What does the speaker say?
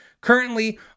currently